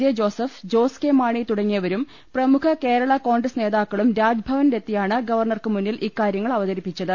J Joseph Jose K Mani തുടങ്ങിയവരും പ്രമുഖ കേരള കോൺഗ്രസ് നേതാ ക്കളും രാജ്ഭവനിലെത്തിയാണ് ഗവർണർക്ക് മുന്നിൽ ഇക്കാര്യ ങ്ങൾ അവതരിപ്പിച്ചത്